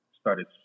started